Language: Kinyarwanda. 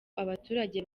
abaturage